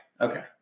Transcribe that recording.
Okay